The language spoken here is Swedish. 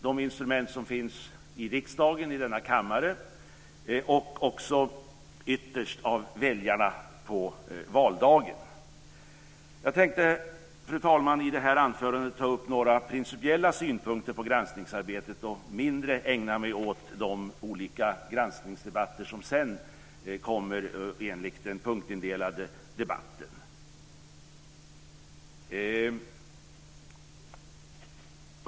De instrumenten finns i riksdagen, i denna kammare, och bestäms även ytterst av väljarna på valdagen. Fru talman! Jag tänkte i mitt anförande ta upp några principiella synpunkter på granskningsarbetet, och mindre ägna mig åt de olika granskningsdebatter som sedan kommer enligt den punktindelade debatten.